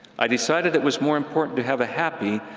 i decided it was more important to have a happy,